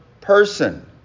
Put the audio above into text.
person